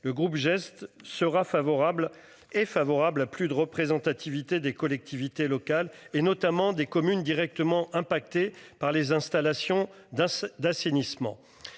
Le groupe geste sera favorable est favorable à plus de représentativité des collectivités locales et notamment des communes directement impacté par les installations d'un d'assainissement.